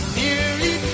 nearly